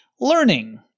learning